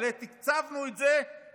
הרי תקצבנו את זה בתוכנית,